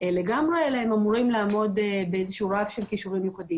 לגמרי אלא הם אמורים לעמוד באיזה שהוא רף של כישורים מיוחדים.